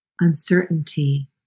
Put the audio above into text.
uncertainty